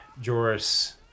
Joris